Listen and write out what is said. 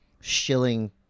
shilling